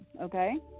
okay